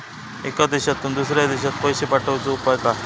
एका देशातून दुसऱ्या देशात पैसे पाठवचे उपाय काय?